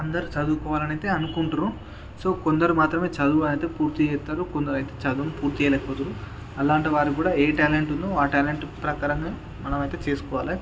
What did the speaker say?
అందరు చదువుకోవాలనైతే అనుకుంటారు సో కొందరు మాత్రమే చదువునైతే పూర్తి చేస్తారు కొందరు అయితే చదువును పూర్తి చేయలేక పోతారు అలాంటి వారు కూడా ఏ ట్యాలెంట్ ఉందో ఆ ట్యాలెంట్ ప్రకారంగా మనమైతే చేసుకోవాలి